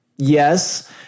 Yes